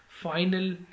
final